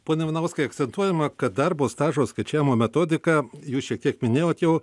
pone ivanauskai akcentuojama kad darbo stažo skaičiavimo metodika jūs šiek tiek minėjot jau